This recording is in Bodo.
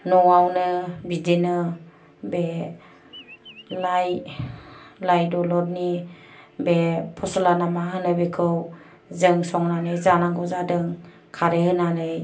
न'आवनो बिदिनो बे लाइ लाइदलरनि बे फस्ला ना मा होनो बेखौ जों संनानै जानांगौ जादों खारै होनानै